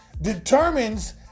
determines